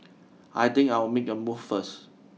I think I'll make a move first